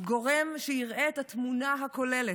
גורם שיראה את התמונה הכוללת.